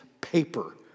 paper